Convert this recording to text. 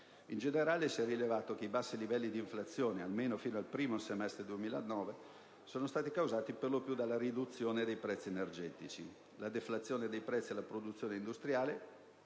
In generale si è rilevato che i bassi livelli di inflazione, almeno fino al primo semestre 2009, sono stati causati per lo più dalla riduzione dei prezzi energetici. La deflazione dei prezzi alla produzione industriale,